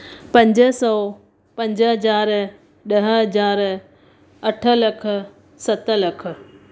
पंज सौ पंज हज़ार ॾह हज़ार अठ लखु सत लखु